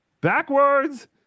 backwards